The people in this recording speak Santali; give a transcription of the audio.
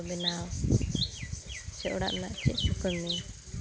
ᱚᱲᱟᱜ ᱠᱚ ᱵᱮᱱᱟᱣ ᱥᱮ ᱚᱲᱟᱜ ᱨᱮᱱᱟᱜ ᱪᱮᱫ ᱠᱚ ᱠᱟᱹᱢᱤ